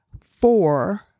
Four